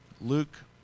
Luke